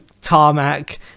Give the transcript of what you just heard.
tarmac